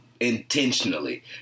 intentionally